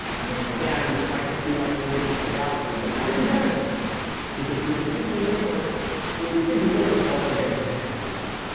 i mean again, this might just be like moving to another galaxy, but it might be better than that because we think the universe we think the universe all obeys the same physical laws